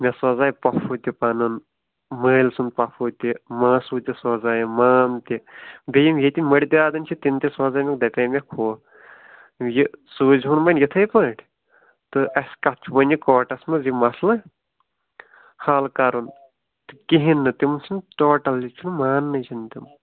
مےٚ سوزَے پَفوٗ تہِ پَنُن مٲلۍ سُنٛد پَفوٗ تہِ ماسوٗ تہِ سوزایم مال تہِ بیٚیہِ یِم ییٚتہِ مٔردِ آدم چھِ تِم تہِ سوزَے مےٚ دَپیمَکھ ہُہ یہِ سوٗزِہُن وۄنۍ یِتھَے پٲٹھۍ تہٕ اَسہِ کَتھ چھِ وۄنۍ یہِ کوٹَس منٛز یہِ مسلہٕ حل کَرُن تہٕ کِہیٖنۍ نہٕ تِم چھِنہٕ ٹوٹَل یہِ چھِنہٕ ماننٕے چھِنہٕ تِم